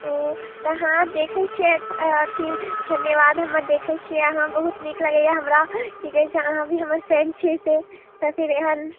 ओ तऽ अहाँ देखै छियै अथी धन्यबाद हम्मर देखै छियै आहाँ बहुत नीक लागैया हमरा कि कहै छै आहाँ भी हमर फैन छी से तऽ फिर एहन